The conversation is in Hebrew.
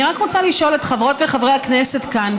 ואני רק רוצה לשאול את חברות וחברי הכנסת כאן,